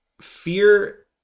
Fear